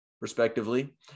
respectively